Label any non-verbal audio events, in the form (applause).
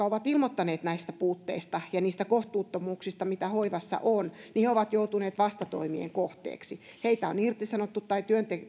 (unintelligible) ovat ilmoittaneet näistä puutteista ja niistä kohtuuttomuuksista mitä hoivassa on ovat joutuneet vastatoimien kohteeksi heitä on irtisanottu tai